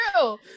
true